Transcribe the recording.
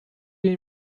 you